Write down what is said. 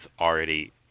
already